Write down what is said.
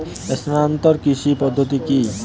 স্থানান্তর কৃষি পদ্ধতি কি?